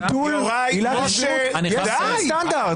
יהיה סטנדרט.